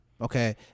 Okay